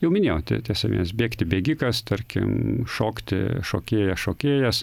jau minėjau tie tiesiogines bėgti bėgikas tarkim šokti šokėja šokėjas